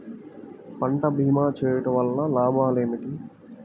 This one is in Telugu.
పంట భీమా చేయుటవల్ల లాభాలు ఏమిటి?